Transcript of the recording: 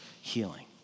healing